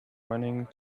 running